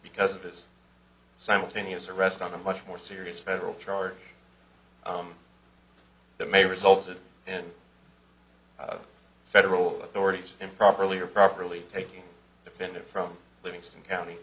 because of this simultaneous arrest on a much more serious federal charge that may result in federal authorities improperly or properly taking defendant from livingston county